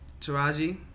Taraji